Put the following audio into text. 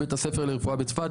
בית הספר לרפואה בצפת.